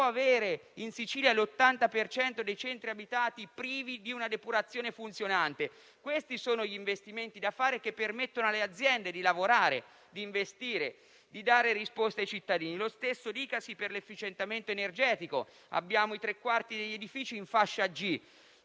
avere in Sicilia l'80 per cento dei centri abitati privi di una depurazione funzionante. Questi sono gli investimenti da fare, perché permettono alle aziende di lavorare, investire, e dare risposte ai cittadini. Lo stesso vale per l'efficientamento energetico: i tre quarti degli edifici sono in fascia G,